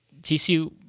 TCU